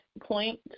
point